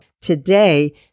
today